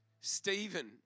Stephen